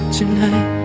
tonight